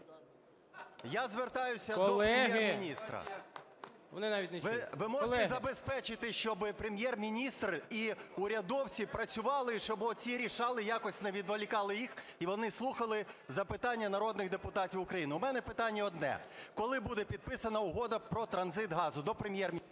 навіть не чують. ПАПІЄВ М.М. Ви можете забезпечити, щоб Прем'єр-міністр і урядовці працювали, щоб оці "рішали" якось не відволікали їх, і вони слухали запитання народних депутатів України? У мене питання одне. Коли буде підписана Угода про транзит газу? До Прем'єр-міністра.